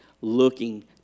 looking